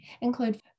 include